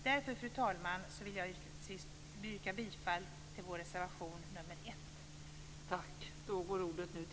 Därför, fru talman, vill jag till sist yrka bifall till vår reservation nr 1.